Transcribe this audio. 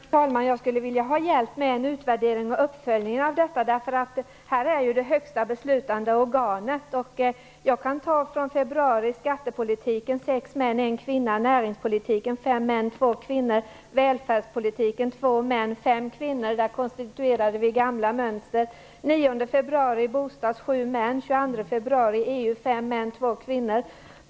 Fru talman! Jag skulle vilja ha hjälp med en utvärdering och uppföljning av detta. Riksdagen är ju det högsta beslutande organet. Jag kan ta exempel från februari. I debatten om skattepolitiken deltog 6 män, 1 kvinna, näringspolitiken, 5 män, 2 kvinnor, välfärdspolitiken, 2 män, 5 kvinnor - där konstituerade vi gamla mönster. Den 9 februari gällde det bostadspolitiken, 7 män, den 22 februari, EU, 5 män, 2 kvinnor.